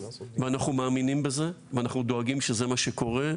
אנחנו מאמינים בזה ואנחנו דואגים שזה מה שקורה,